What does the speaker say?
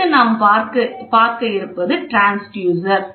அடுத்து நாம் பார்க்க இருப்பது டிரான்ஸ்யூசர்